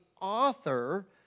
author